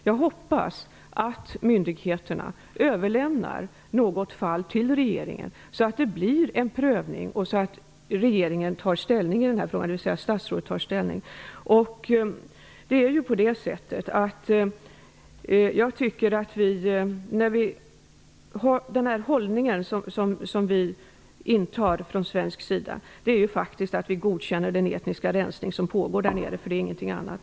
Jag hoppas att myndigheterna överlämnar något fall till regeringen, så att det blir en prövning och så att regeringen, dvs. statsrådet, tar ställning i denna fråga. Den hållning som vi intar från svensk sida innebär faktiskt att vi godkänner den etniska rensning som pågår där nere, för det är ingenting annat.